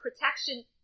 protection